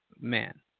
man